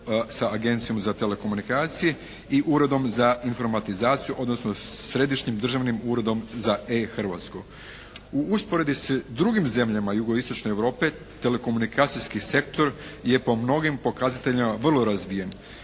U usporedbi s drugim zemljama jugo-istočne Europe telekomunikacijski sektor je po mnogim pokazateljima vrlo razvijen.